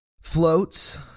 floats